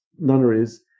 nunneries